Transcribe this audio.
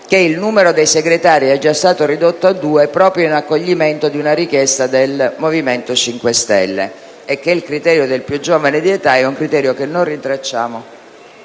che il numero dei Segretari è già stato ridotto a due, proprio in accoglimento di una richiesta del Movimento 5 Stelle, e che il criterio del più giovane di età è un criterio che non rintracciamo